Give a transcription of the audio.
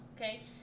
okay